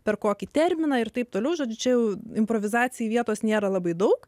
per kokį terminą ir taip toliau žodžiu improvizacijai vietos nėra labai daug